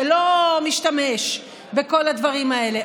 שלא משתמש בכל הדברים האלה,